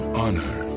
honor